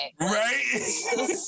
Right